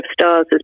stars